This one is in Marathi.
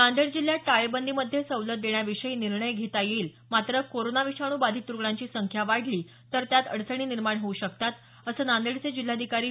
नांदेड जिल्ह्यात टाळेबंदीमध्ये सवलत देण्याविषयी निर्णय घेता येईल मात्र कोरोना विषाणू बाधित रूग्णांची संख्या वाढली तर त्यात अडचणी निर्माण होऊ शकतात असं नांदेडचे जिल्हाधिकारी डॉ